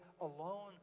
alone